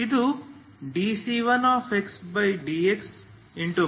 cdc2xdx